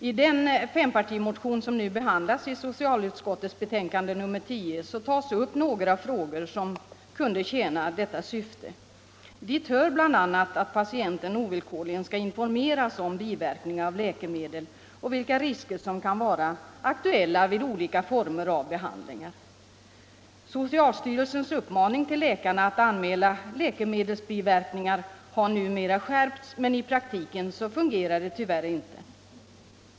I den fempartimotion som behandlas i socialutskottets betänkande nr 10 tas upp några frågor som kan tjäna detta syfte. Dit hör bl.a. att patienten ovillkorligen skall informeras om biverkningar av läkemedel och vilka risker som kan vara aktuella vid olika former av behandlingar. Socialstyrelsens uppmaning till läkarna att anmäla läkemedelsbiverkningar har numera skärpts, men i praktiken fungerar det tyvärr inte.